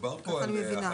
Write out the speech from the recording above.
ככה אני מבינה.